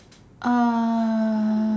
um